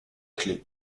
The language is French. clef